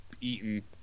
eaten